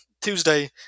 Tuesday